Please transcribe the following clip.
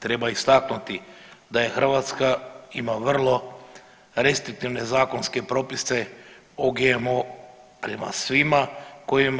Treba istaknuti da Hrvatska ima vrlo restriktivne zakonske propise o GMO prema svima koji